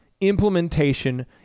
Implementation